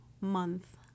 month